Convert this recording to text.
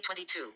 2022